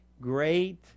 great